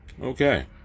Okay